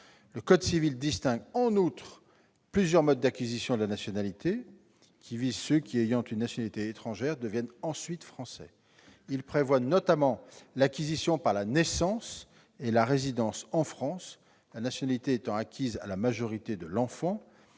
Le code civil distingue en outre plusieurs modes d'acquisition de la nationalité française visant ceux qui, ayant une nationalité étrangère, deviennent ensuite français. Il prévoit notamment l'acquisition par la naissance et la résidence en France, la nationalité étant acquise à la majorité de l'enfant.